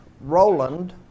Roland